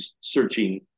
searching